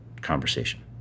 conversation